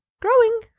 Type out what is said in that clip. Growing